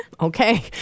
Okay